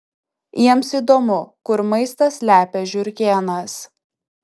jiems įdomu kur maistą slepia žiurkėnas